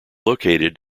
located